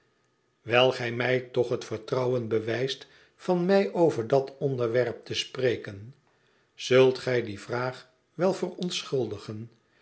wijl gij mij toch het vertrouwen bewijst van met mij over dat onderwerp te spreken zult gij die vraag wel